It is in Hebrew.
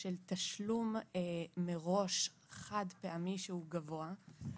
בתשלום מראש, חד-פעמי, שהוא גבוה.